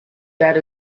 that